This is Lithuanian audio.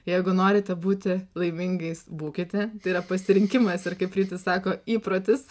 jeigu norite būti laimingais būkite tai yra pasirinkimas ir kaip kiti sako įprotis